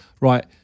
Right